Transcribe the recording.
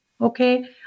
okay